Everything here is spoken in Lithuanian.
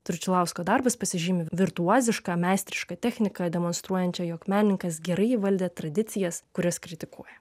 tručilausko darbas pasižymi virtuoziška meistriška technika demonstruojančia jog menininkas gerai įvaldė tradicijas kurias kritikuoja